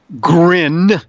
grin